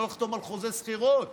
לא לחתום על חוזה שכירות.